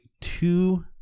two